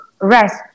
rest